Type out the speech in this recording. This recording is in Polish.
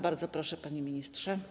Bardzo proszę, panie ministrze.